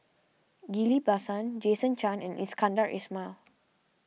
Ghillie Bassan Jason Chan and Iskandar Ismail